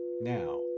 now